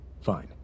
Fine